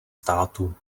států